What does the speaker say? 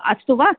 अस्तु वा